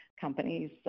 companies